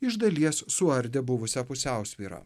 iš dalies suardė buvusią pusiausvyrą